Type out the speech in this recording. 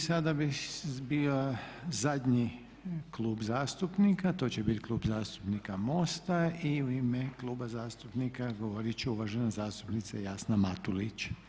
I sada bi bio zadnji klub zastupnika, to će biti Klub zastupnika MOST-a i u ime kluba zastupnika govorit će uvažena zastupnica Jasna Matulić.